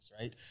right